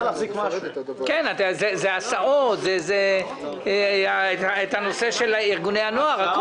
זה הסעות, זה ארגוני נוער.